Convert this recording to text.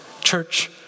Church